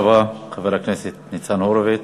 תודה רבה, חבר הכנסת ניצן הורוביץ.